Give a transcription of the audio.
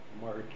March